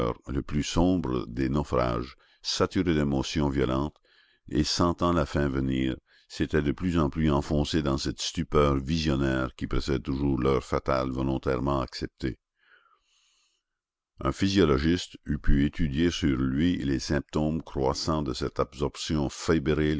le plus sombre des naufrages saturé d'émotions violentes et sentant la fin venir s'était de plus en plus enfoncé dans cette stupeur visionnaire qui précède toujours l'heure fatale volontairement acceptée un physiologiste eût pu étudier sur lui les symptômes croissants de cette absorption fébrile